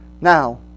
Now